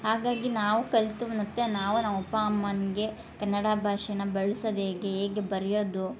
ಹಾಗಾಗಿ ನಾವು ಕಲಿತು ಮತ್ತು ನಾವು ನಮ್ಮ ಅಪ್ಪ ಅಮ್ಮನಿಗೆ ಕನ್ನಡ ಭಾಷೆನ ಬಳ್ಸೊದ್ ಹೇಗೆ ಹೇಗೆ ಬರೆಯೋದು